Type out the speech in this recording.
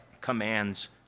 commands